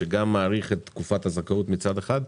שגם מאריך את תקופת הזכאות מצד אחד,